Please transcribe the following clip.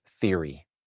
theory